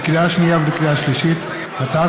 לקריאה שנייה ולקריאה שלישית: הצעת